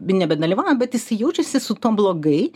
nebedalyvauja bet jisai jaučiasi su tuom blogai